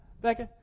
Becky